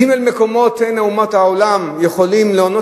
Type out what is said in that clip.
ג' מקומות אין אומות העולם יכולים להונות